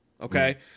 Okay